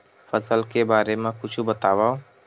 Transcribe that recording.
फसल के बारे मा कुछु बतावव